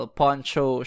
poncho